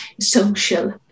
social